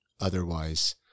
otherwise